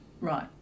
right